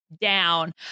down